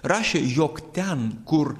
rašė jog ten kur